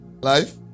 Life